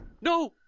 no